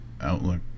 Outlook